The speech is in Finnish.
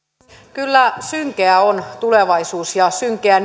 kyllä synkeä on tulevaisuus ja synkeä